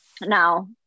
Now